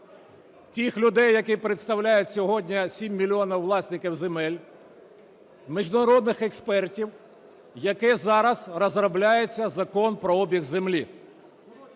тих людей, які представляють сьогодні 7 мільйонів власників земель, міжнародних експертів, якою зараз розробляється закон про обіг землі.